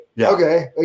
Okay